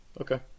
Okay